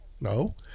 No